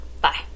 Bye